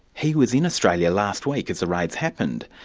he was in australia last week as the raids happened.